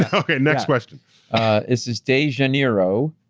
and okay, next question. this is dajanero,